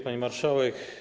Pani Marszałek!